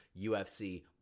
ufc